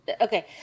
Okay